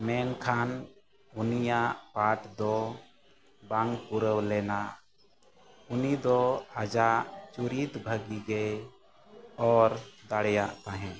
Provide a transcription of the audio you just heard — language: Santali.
ᱢᱮᱱᱠᱷᱟᱱ ᱩᱱᱤᱭᱟᱜ ᱯᱟᱴ ᱫᱚ ᱵᱟᱝ ᱯᱩᱨᱟᱹᱣ ᱞᱮᱱᱟ ᱩᱱᱤ ᱫᱚ ᱟᱡᱟᱜ ᱪᱩᱨᱤᱛ ᱵᱷᱟᱹᱜᱤ ᱜᱮᱭ ᱚᱨ ᱫᱟᱲᱮᱭᱟᱜ ᱛᱟᱦᱮᱸᱫ